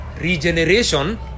regeneration